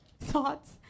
thoughts